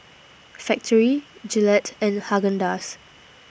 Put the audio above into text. Factorie Gillette and Haagen Dazs